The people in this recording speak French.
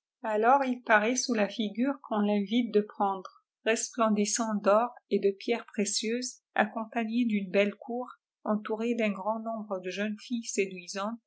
alors il paraît sous la figure qu'on l'invite de prendre resplendissant d'or et de pierres précieuses accompagné d'une belle cour entouré d'un grnd nombre de jeunes filles séduisantes